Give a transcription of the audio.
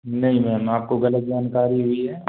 नहीं मैम आपको गलत जानकारी हुई है